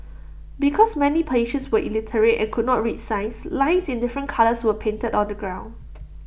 because many patients were illiterate and could not read signs lines in different colours were painted on the ground